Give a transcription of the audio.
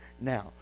now